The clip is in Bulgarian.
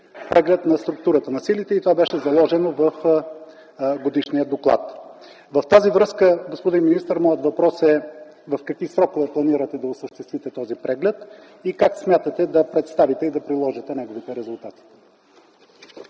преглед на структурата на силите и това беше заложено в годишния доклад. Във връзка с това, господин министър, моят въпрос е в какви срокове планирате да осъществите този преглед и как смятате да представите и приложите неговите резултати?